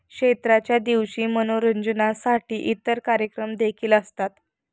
क्षेत्राच्या दिवशी मनोरंजनासाठी इतर कार्यक्रम देखील असतात